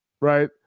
right